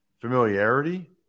familiarity